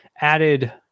added